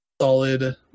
solid